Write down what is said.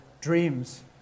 dreams